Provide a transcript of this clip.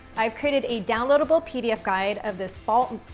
i've created a downloadable pdf guide of this fall